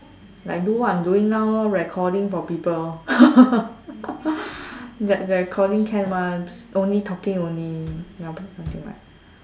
like do what I'm doing now lor recording for people lor recording can [one] just only talking only no~ nothing much